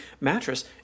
mattress